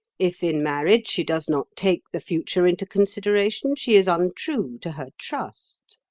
if in marriage she does not take the future into consideration, she is untrue to her trust.